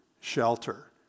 shelter